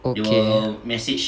okay